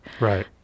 Right